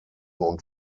und